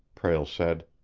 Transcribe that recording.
prale said.